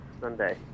Sunday